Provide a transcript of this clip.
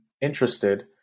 interested